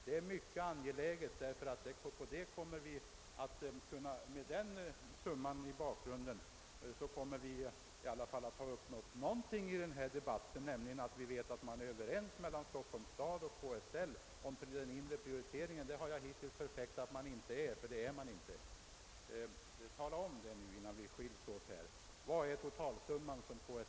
Det är mycket angeläget, eftersom man med den uppgiften som bakgrund i alla fall kommer att ha uppnått något i denna debatt.